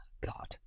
God